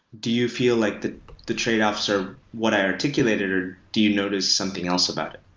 do you feel like the the trade-offs are what i articulated, or do you notice something else about it?